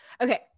Okay